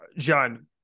John